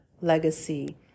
Legacy